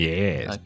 Yes，